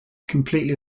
completely